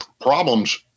problems